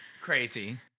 crazy